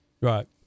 Right